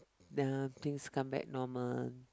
the things come back normal